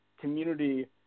community